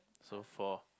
so four